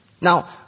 Now